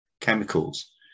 chemicals